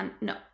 No